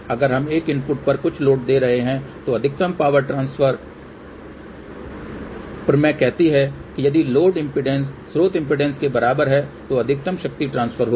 अगर हम एक इनपुट पर कुछ लोड दे रहे हैं तो अधिकतम पावर ट्रांसफर प्रमेय कहती है कि यदि लोड इम्पीडेन्स स्रोत इम्पीडेन्स के बराबर है तो अधिकतम शक्ति ट्रांसफर होगी